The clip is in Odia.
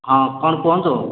ହଁ କ'ଣ କୁହନ୍ତୁ